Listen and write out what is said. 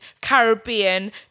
Caribbean